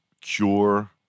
cure